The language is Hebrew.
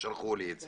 שלחו לי את זה.